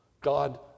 God